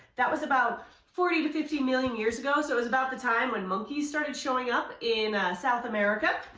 that was about forty to fifty million years ago. so it was about the time when monkeys started showing up in south america.